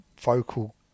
vocal